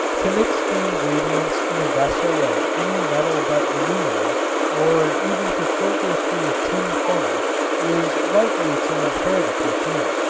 to mix the ingredients in a vessel of any metal but aluminum or even to filter through a tin funnel is likely to impair the perfume.